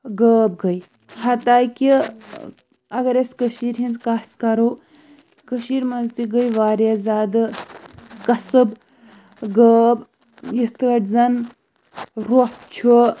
غٲب گٔے ہتا کہِ اَگر أسۍ کٔشیٖرِ ہِنٛز کَس کَرو کٔشیٖرِ منٛز تہِ گٔے واریاہ زیادٕ قَصٕب غٲب یِتھ کٔٹھۍ زَنہٕ رۄف چھُ